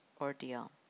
ordeal